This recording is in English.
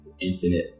infinite